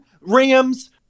Rams